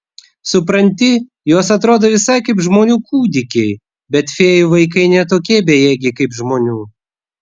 supranti jos atrodo visai kaip žmonių kūdikiai bet fėjų vaikai ne tokie bejėgiai kaip žmonių